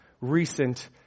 recent